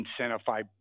incentivize